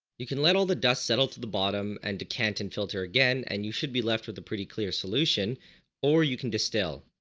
you can let all the dust settle to the bottom and decanted filter again and you should be left with a pretty clear solution or you can distill.